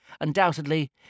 Undoubtedly